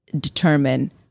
determine